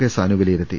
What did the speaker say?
K Sanu വിലയിരുത്തി